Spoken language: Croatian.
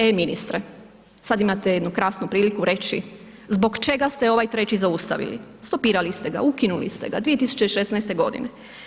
E ministre, sad imate jednu krasnu priliku reći zbog čega ste ovaj treći zaustavili, stopirali ste ga, ukinuli ste ga 2016. godine.